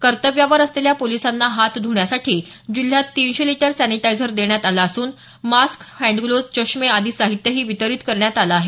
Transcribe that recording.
कर्तव्यावर असलेल्या पोलीसांना हात धुण्यासाठी जिल्ह्यात तीनशे लिटर सॅनिटायझर देण्यात आलं असून मास्क हँडग्लोज चष्मे आदी साहित्यही वितरित करण्यात आलं आहे